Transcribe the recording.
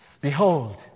Behold